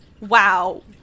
wow